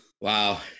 Wow